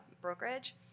brokerage